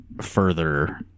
further